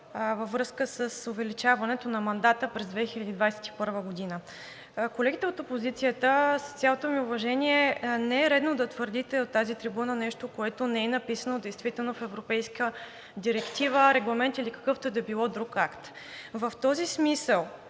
във връзка с увеличаването на мандата през 2021 г. Колеги от опозицията, с цялото ми уважение, но не е редно да твърдите от тази трибуна нещо, което не е написано действително в европейска директива, регламент или какъвто и да било друг акт. В този смисъл